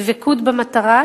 דבקות במטרה,